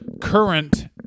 current